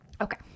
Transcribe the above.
Okay